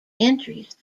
entries